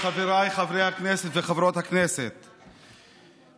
חברת הכנסת קרן ברק, בבקשה.